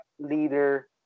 leader